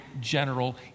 general